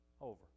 over